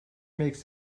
makes